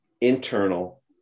internal